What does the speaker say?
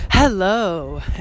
Hello